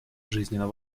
жизненно